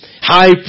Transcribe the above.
high